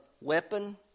weapon